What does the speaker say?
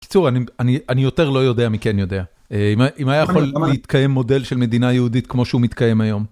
קיצור, אני יותר לא יודע מכן יודע, אם היה יכול להתקיים מודל של מדינה יהודית כמו שהוא מתקיים היום.